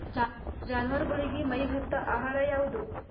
ಜಾನವಾರಗೊಳಿಗಿ ಮೈಗ್ ಹತ್ತ ಆಹಾರ ಯಾವುದು?